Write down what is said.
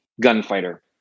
gunfighter